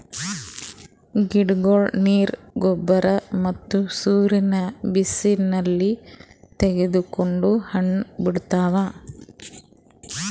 ಗಿಡಗೊಳ್ ನೀರ್, ಗೊಬ್ಬರ್ ಮತ್ತ್ ಸೂರ್ಯನ್ ಬಿಸಿಲ್ ತಗೊಂಡ್ ಹಣ್ಣ್ ಬಿಡ್ತಾವ್